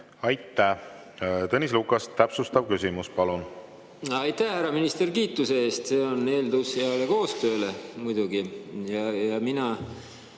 Aitäh! Tõnis Lukas, täpsustav küsimus, palun! Aitäh, härra minister, kiituse eest! See on eeldus heale koostööle muidugi. Mina